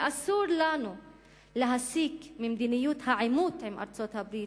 ואסור לנו להסיק ממדיניות העימות עם ארצות-הברית,